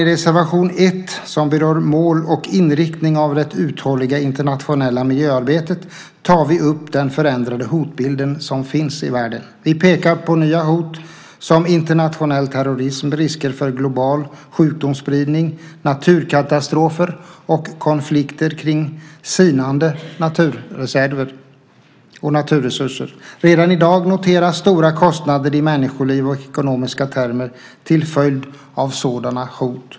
I reservation 1 som berör mål och inriktning av det uthålliga internationella miljöarbetet tar vi upp den förändrade hotbild som finns i världen. Vi pekar på nya hot som internationell terrorism, risker för global sjukdomsspridning, naturkatastrofer och konflikter kring sinande naturreserver och naturresurser. Redan i dag noteras stora kostnader i människoliv och ekonomiska termer till följd av sådana hot.